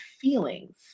feelings